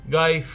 Guy